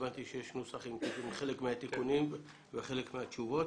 הבנתי שיש נוסח עם חלק מהתיקונים וחלק מהתשובות.